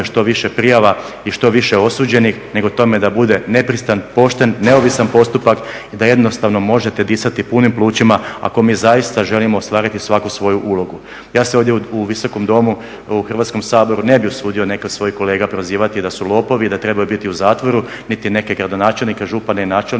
što više prijava i što više osuđenih, nego tome da bude nepristran, pošten, neovisan postupak i da jednostavno možete disati punim plućima ako mi zaista želimo ostvariti svako svoju ulogu. Ja se ovdje u Visokom domu, u Hrvatskom saboru ne bih usudio neke od svojih kolega prozivati da su lopovi, da trebaju biti u zatvoru, niti neke gradonačelnike, župane i načelnike